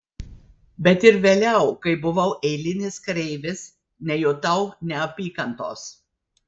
bet ir vėliau kai buvau eilinis kareivis nejutau neapykantos